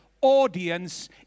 audience